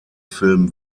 film